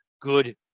good